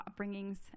upbringings